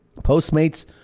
Postmates